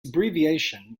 abbreviation